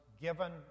given